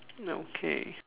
okay